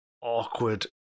awkward